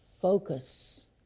focus